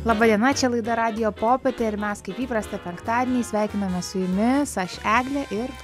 laba diena čia laida radijo popietė ir mes kaip įprasta penktadienį sveikinamės su jumis aš eglė ir